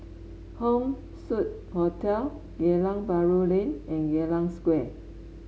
Home Suite Hotel Geylang Bahru Lane and Geylang Square